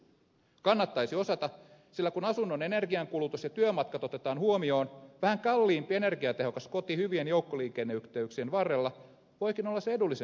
kannattaisi osata sillä kun asunnon energiankulutus ja työmatkat otetaan huomioon vähän kalliimpi energiatehokas koti hyvien joukkoliikenneyhteyksien varrella voikin olla se edullisempi vaihtoehto